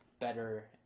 better